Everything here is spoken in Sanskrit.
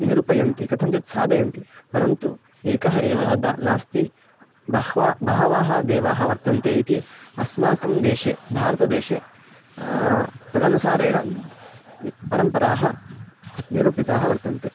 निरुपयन्ति कथञ्चित् साधयन्ति परन्तु एकः एवः द नास्ति बहवः बहवः देवाः वर्तन्ते इति अस्माकं देशे भारतदेशे तदनुसारेण परम्पराः निरूपिताः वर्तन्ते